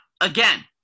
again